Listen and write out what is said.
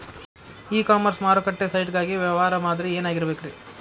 E commerce ಮಾರುಕಟ್ಟೆ site ಗಾಗಿ ವ್ಯವಹಾರ ಮಾದರಿ ಏನಾಗಿರಬೇಕ್ರಿ?